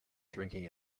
drinking